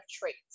traits